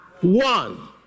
one